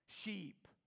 sheep